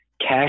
cash